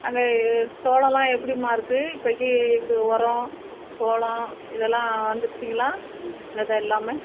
அங்கே சோளம்லாம் எப்படிம்மா இருக்குது இப்போக்கி இது உரம் சோளம் இதெல்லாம் வந்துடுச்சுங்களா வெதை எல்லாமே